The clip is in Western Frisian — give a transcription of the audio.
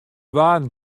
waarden